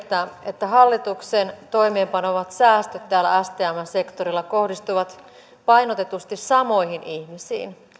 että hallituksen toimeenpanemat säästöt stmn sektorilla kohdistuvat painotetusti samoihin ihmisiin